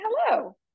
hello